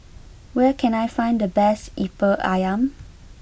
where can I find the best Lemper Ayam